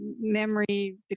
memory